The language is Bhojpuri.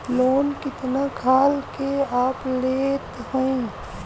लोन कितना खाल के आप लेत हईन?